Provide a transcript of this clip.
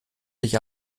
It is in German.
dich